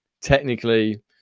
technically